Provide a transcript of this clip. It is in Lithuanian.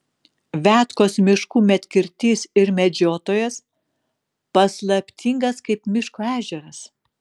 viatkos miškų medkirtys ir medžiotojas paslaptingas kaip miško ežeras